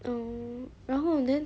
嗯然后 then